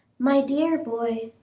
my dear boy,